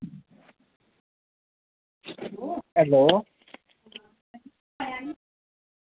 hello